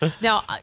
Now